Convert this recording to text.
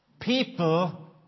People